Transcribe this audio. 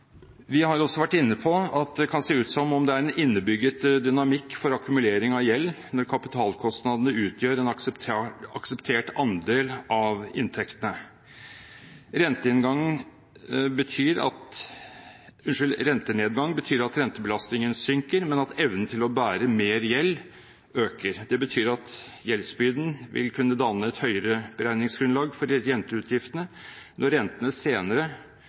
Vi har også vært inne på at det kan se ut som om det er en innebygget dynamikk for akkumulering av gjeld når kapitalkostnadene utgjør en akseptert andel av inntektene. Rentenedgang betyr at rentebelastningen synker, men at evnen til å bære mer gjeld øker. Det betyr at gjeldsbyrden vil kunne danne et høyere beregningsgrunnlag for renteutgiftene når rentene senere